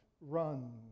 run